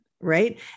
right